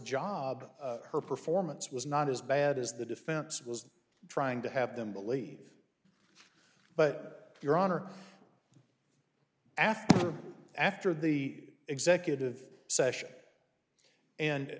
job her performance was not as bad as the defense was trying to have them believe but your honor after the after the executive session